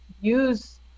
use